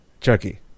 Chucky